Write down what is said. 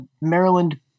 Maryland